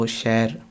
share